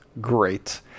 great